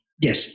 yes